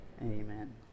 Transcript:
Amen